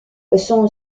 son